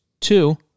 two